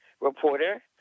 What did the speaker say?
reporter